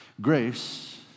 Grace